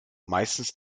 meistens